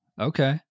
Okay